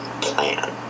plan